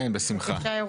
כן, בשמחה.